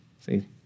See